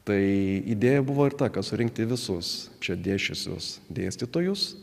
tai idėja buvo ir taką surinkti visus čia dėsčiusios dėstytojus